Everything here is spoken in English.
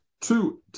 Two